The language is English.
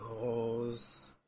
goes